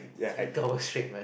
speak two hours straight man